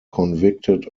convicted